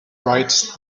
writes